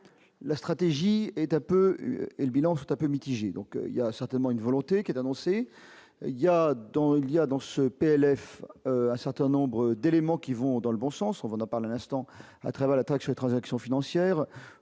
la stratégie est un peu et le bilan, c'est un peu mitigé, donc il y a certainement une volonté qui est annoncé, il y a dans il y a dans ce PLF un certain nombre d'éléments qui vont dans le bon sens, on va parler un instant à travers la Taxe transactions financières,